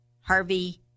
Harvey